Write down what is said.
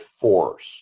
force